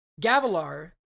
Gavilar